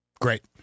Great